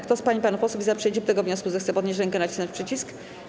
Kto z pań i panów posłów jest za przyjęciem tego wniosku, zechce podnieść rękę i nacisnąć przycisk.